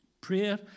prayer